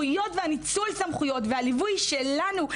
והסמכויות והניצול סמכויות והליווי שלנו,